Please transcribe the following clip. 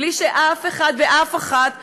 בלי שאף אחד ואף אחת רואה,